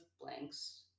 blanks